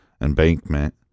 embankment